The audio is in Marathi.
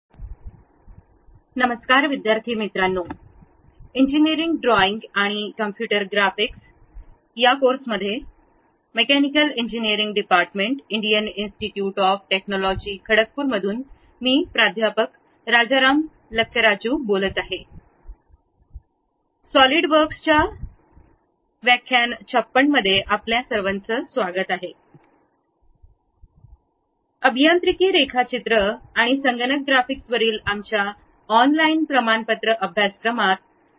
सर्वांना नमस्कार इंजीनियरिंग ड्रॉईंग आणि कम्प्युटर ग्राफिक्सवरील आमच्या ऑनलाईन प्रमाणपत्र अभ्यासक्रमात आपले स्वागत आहे